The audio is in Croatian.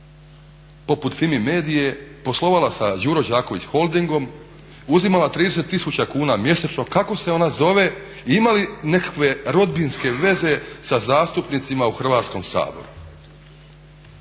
poput Fimi medie poslovala sa Đuro Đaković holdingom, uzimala 30 000 kuna mjesečno, kako se ona zove i ima li nekakve rodbinske veze sa zastupnicima u Hrvatskom saboru.